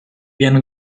viene